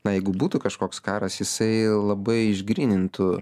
na jeigu būtų kažkoks karas jisai labai išgrynintų